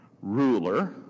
ruler